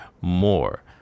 more